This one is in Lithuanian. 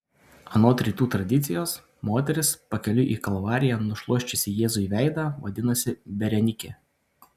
anot rytų tradicijos moteris pakeliui į kalvariją nušluosčiusi jėzui veidą vadinosi berenikė